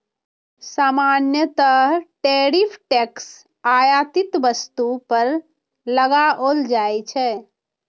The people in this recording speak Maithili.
सामान्यतः टैरिफ टैक्स आयातित वस्तु पर लगाओल जाइ छै